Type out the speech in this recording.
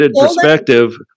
perspective